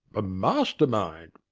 a master-mind.